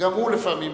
וגם הוא לפעמים מפספס.